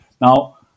Now